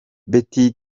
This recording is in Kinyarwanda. betty